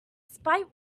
spite